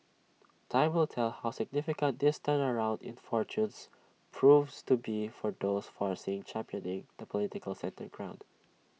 time will tell how significant this turnaround in fortunes proves to be for those forcing championing the political centre in ground